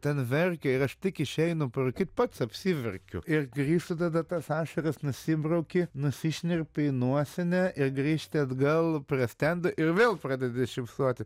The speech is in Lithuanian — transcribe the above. ten verkė ir aš tik išeinu parūkyt pats apsiverkiu ir grįštu tada tas ašaras nusibrauki nusišnirpi į nuosinę ir grįžti atgal prie stendo ir vėl pradedi šypsoti